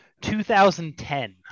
2010